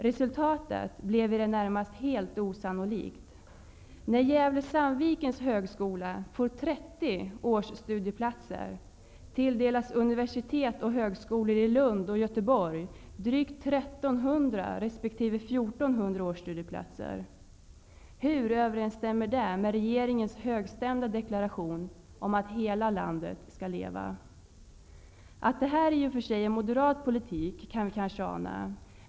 Resultatet blev i det närmaste helt osannolikt. När Hur överensstämmer det med regeringens högstämda deklaration om att hela landet skall leva? Att det här i och för sig är moderat politik kan vi kanske ana.